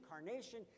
incarnation